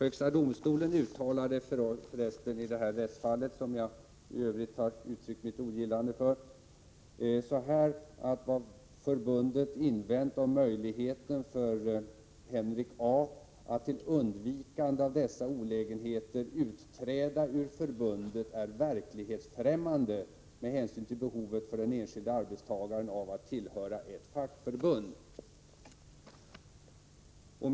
Högsta domstolen uttalade för resten rörande det här rättsfallet om vilket jag för övrigt har uttryckt mitt ogillande: Vad förbundet invänt om möjligheten för Henrik A att till undvikande av dessa olägenheter utträda ur förbundet är verklighetsfrämmande med hänsyn till behovet för den enskilde arbetstagaren av att tillhöra ett fackförbund.